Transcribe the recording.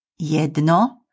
jedno